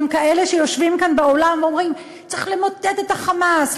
גם כאלה שיושבים כאן באולם ואומרים: צריך למוטט את ה"חמאס",